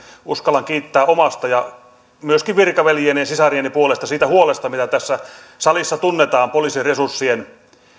uskallan kiittää omasta ja myöskin virkaveljieni ja sisarieni puolesta siitä huolesta mitä tässä salissa tunnetaan poliisin resurssien